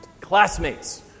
classmates